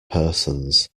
persons